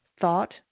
thought